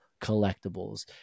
collectibles